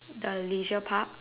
the leisure park